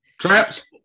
traps